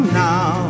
now